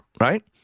right